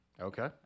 Okay